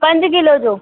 पंज किले जो